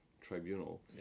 tribunal